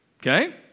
Okay